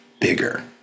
bigger